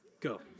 go